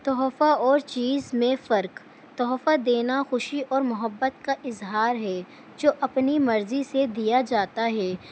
تحفہ اور چیز میں فرق تحفہ دینا خوشی اور محبت کا اظہار ہے جو اپنی مرضی سے دیا جاتا ہے